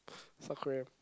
South-Korea